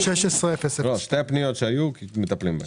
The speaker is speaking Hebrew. לא, שתי הפניות שהיו מטפלים בהן.